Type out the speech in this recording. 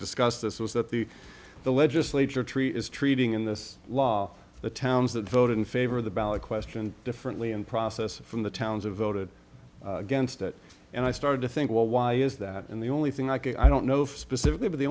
discussed this was that the the legislature tree is treating in this law the towns that voted in favor of the ballot question differently and process from the towns of voted against it and i started to think well why is that and the only thing like i don't know if specifically but the